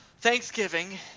Thanksgiving